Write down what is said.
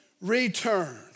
return